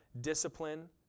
discipline